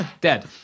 Dead